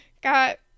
got